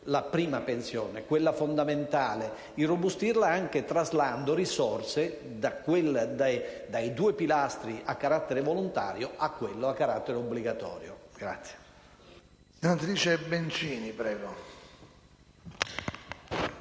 la prima pensione, quella fondamentale, anche traslando risorse dai due pilastri a carattere volontario a quello a carattere obbligatorio.